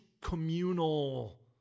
communal